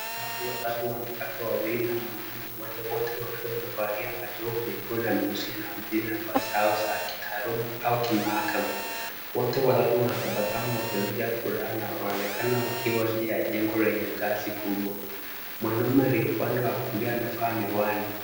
Watu watatu wanawake wawili na mwanamume mmoja, wote wakiwa wamevalia majoho mekundu na meusi yanayoakiri nafasi zao za kitaaluma au kimahakama, wote watatu wanatabasamu wakionyesha furaha na wanaonekana wakiwa nje ya jengo lenye ngazi kubwa, mwanamume aliye upande wa kulia amevaa miwani.